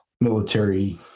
military